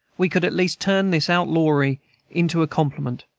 we could at least turn this outlawry into a compliment.